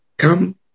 come